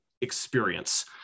experience